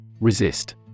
Resist